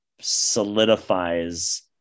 solidifies